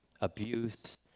abuse